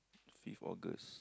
fifth August